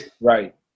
Right